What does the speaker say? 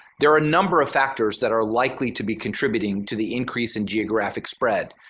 there are a number of factors that are likely to be contributing to the increase in geographic spread,